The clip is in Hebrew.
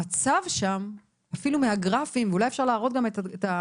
המצב שם, אפילו מהגרפים, יש